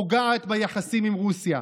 פוגעת ביחסים עם רוסיה,